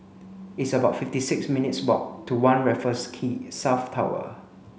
it's about fifty six minutes' walk to One Raffles Quay South Tower